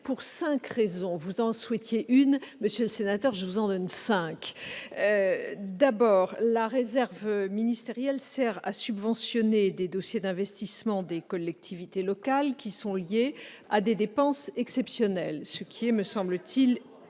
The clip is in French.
pour cinq raisons. Vous en souhaitiez une, monsieur Delcros, je vous en donne cinq ! Premièrement, la réserve ministérielle sert à subventionner des dossiers d'investissement des collectivités locales qui sont liés à des dépenses exceptionnelles. Elle est donc très